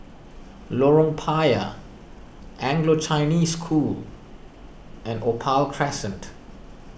Lorong Payah Anglo Chinese School and Opal Crescent